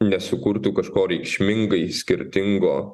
nesukurtų kažko reikšmingai skirtingo